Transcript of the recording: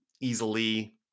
easily